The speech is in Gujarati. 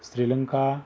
શ્રીલંકા